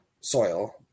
soil